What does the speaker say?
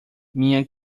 minha